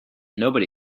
nobody